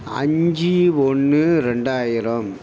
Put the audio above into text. அஞ்சு ஒன்று ரெண்டாயிரம்